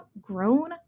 grown